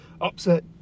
upset